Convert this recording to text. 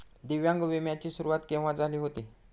दिव्यांग विम्या ची सुरुवात केव्हा झाली होती?